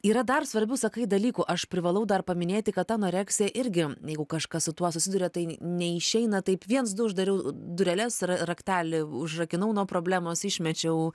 yra dar svarbių sakai dalykų aš privalau dar paminėti kad ta anoreksija irgi jeigu kažkas su tuo susiduria tai neišeina taip viens du uždariau dureles ir raktelį užrakinau nuo problemos išmečiau